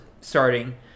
starting